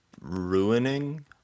ruining